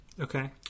Okay